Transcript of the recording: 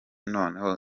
noneho